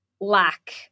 lack